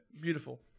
Beautiful